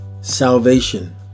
salvation